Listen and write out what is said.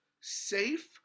safe